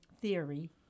theory